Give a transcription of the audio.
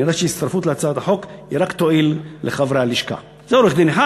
נראה שהצטרפות להצעת החוק רק תועיל לחברי הלשכה." זה עורך-דין אחד.